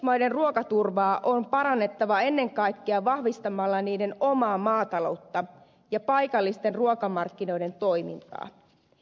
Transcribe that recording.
kehitysmaiden ruokaturvaa on parannettava ennen kaikkea vahvistamalla niiden omaa maataloutta ja paikallisten ruokamarkkinoiden toimintaa